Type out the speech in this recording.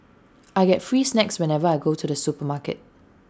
I get free snacks whenever I go to the supermarket